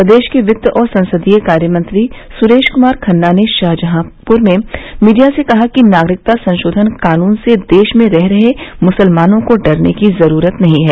प्रदेश के वित्त और संसदीय कार्यमंत्री सुरेश कुमार खन्ना ने शाहजहांपुर में मीडिया से कहा कि नागरिकता संशोधन कानून से देश में रह रहे मुसलमानों को डरने की जुरूरत नहीं है